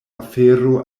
afero